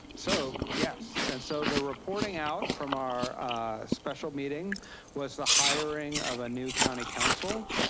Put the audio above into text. so yes, and so the reporting out from our special meeting was the hiring of a new county counsel.